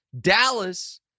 Dallas